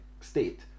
state